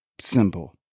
Simple